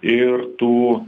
ir tų